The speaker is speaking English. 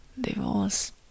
divorce